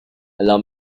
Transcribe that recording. allow